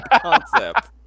concept